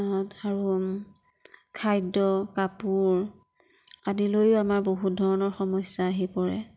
আৰু খাদ্য কাপোৰ আদি লৈয়ো আমাৰ বহুত ধৰণৰ সমস্যা আহি পৰে